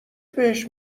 بهش